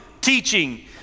teaching